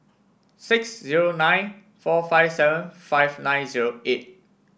six zero nine four five seven five nine zero eight